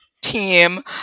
team